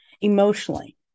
emotionally